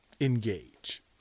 engage